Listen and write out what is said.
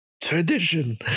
Tradition